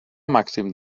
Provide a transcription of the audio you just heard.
màxim